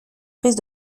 prise